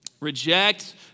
Reject